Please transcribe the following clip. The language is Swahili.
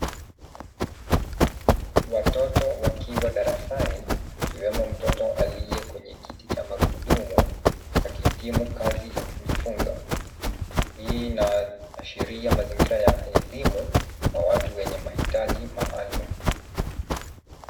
Watoto wakiwa darasani, akiwemo mtoto aliye kwenye kiti cha magurudumu, akihitimu kazi ya kujifunza. Hii inaashiria mazingira ya elimu kwa watu wenye mahitaji maalum.